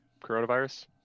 coronavirus